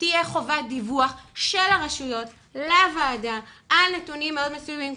תהיה חובת דיווח של הרשויות לוועדה על נתונים מאוד מסוימים,